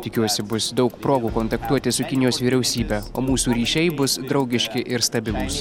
tikiuosi bus daug progų kontaktuoti su kinijos vyriausybe o mūsų ryšiai bus draugiški ir stabilūs